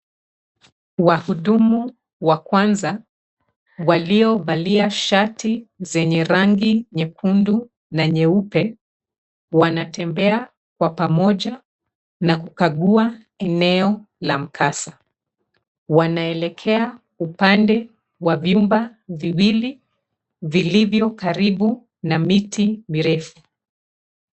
Wahudumu wa kwanza waliovalia shati zenye rangi nyekundu na nyeupe wanatembea kwa pamoja na kukagua eneo la mkasa. Wanaelekea upande wa vyumba viwili vilivyokaribu na miti mirefu.